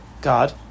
God